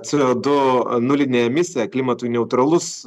co du nulinė emisija klimatui neutralus